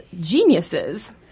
geniuses